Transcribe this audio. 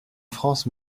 france